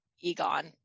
egon